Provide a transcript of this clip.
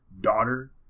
daughter